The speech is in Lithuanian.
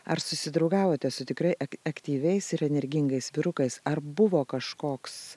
ar susidraugavote su tikrai ak aktyviais ir energingais vyrukais ar buvo kažkoks